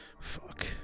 Fuck